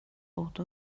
būtu